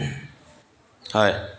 হয়